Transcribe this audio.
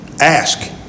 Ask